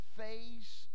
face